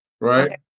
Right